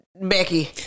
Becky